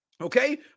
Okay